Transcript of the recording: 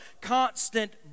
constant